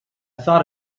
thought